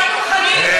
אני כוחנית,